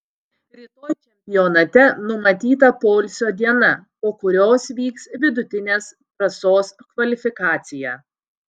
rytoj čempionate numatyta poilsio diena po kurios vyks vidutinės trasos kvalifikacija